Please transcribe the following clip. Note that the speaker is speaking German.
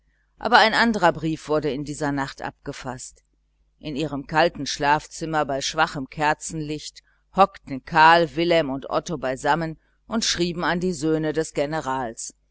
aber ein anderer brief wurde in dieser nacht abgefaßt in ihrem kalten schlafzimmer bei schwachem kerzenlicht hockten karl wilhelm und otto beisammen und schrieben an die söhne des generals